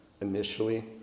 initially